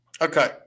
okay